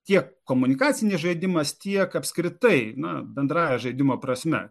tiek komunikacinis žaidimas tiek apskritai na bendrąja žaidimo prasme